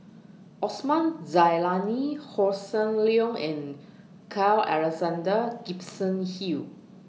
Osman Zailani Hossan Leong and Carl Alexander Gibson Hill